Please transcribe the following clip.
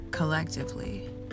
Collectively